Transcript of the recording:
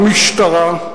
המשטרה,